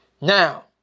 Now